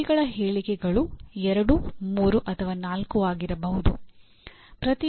ಗುರಿಗಳ ಹೇಳಿಕೆಗಳು ಎರಡು ಮೂರು ಅಥವಾ ನಾಲ್ಕು ಆಗಿರಬಹುದು